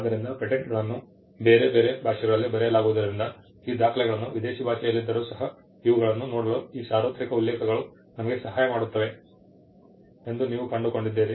ಆದ್ದರಿಂದ ಪೇಟೆಂಟ್ಗಳನ್ನು ಬೇರೆ ಬೇರೆ ಭಾಷೆಗಳಲ್ಲಿ ಬರೆಯಲಾಗಿರುವುದರಿಂದ ಈ ದಾಖಲೆಗಳನ್ನು ವಿದೇಶಿ ಭಾಷೆಯಲ್ಲಿದ್ದರೂ ಸಹ ಇವುಗಳನ್ನು ನೋಡಲು ಈ ಸಾರ್ವತ್ರಿಕ ಉಲ್ಲೇಖಗಳು ನಮಗೆ ಸಹಾಯ ಮಾಡುತ್ತವೆ ಎಂದು ನೀವು ಕಂಡುಕೊಂಡಿದ್ದೀರಿ